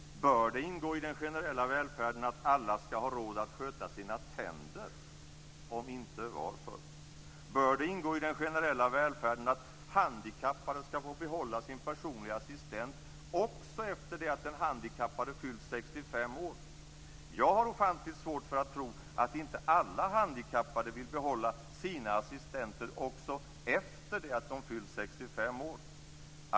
Bör det ingå i den generella välfärden att alla skall ha råd att sköta sina tänder? Om inte, varför? Bör det ingå i den generella välfärden att handikappade skall få behålla sin personliga assistent också efter det att den handikappade fyllt 65 år? Jag har ofantligt svårt för att tro att inte alla handikappade vill behålla sina assistenter också efter det att de fyllt 65 år.